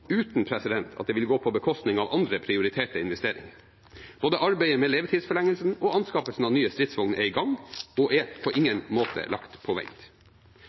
uten at det vil gå på bekostning av andre prioriterte investeringer. Både arbeidet med levetidsforlengelsen og anskaffelsen av nye stridsvogner er i gang og på ingen måte lagt på vent.